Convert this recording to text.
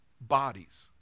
bodies